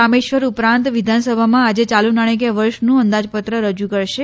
રામેશ્વર ઉપરાંત વિધાનસભામાં આજે ચાલુ નાણાંકીય વર્ષનું અંદાજપત્ર રજૂ કરશે